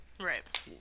Right